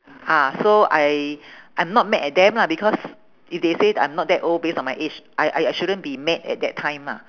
ah so I I'm not mad at them lah because if they say that I'm not that old base on my age I I I shouldn't be mad at that time mah